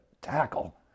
tackle